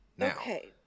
okay